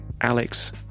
Alex